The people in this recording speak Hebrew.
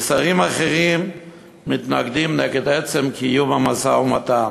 ושרים אחרים מתנגדים לעצם קיום המשא-ומתן.